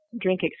drink